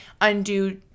undo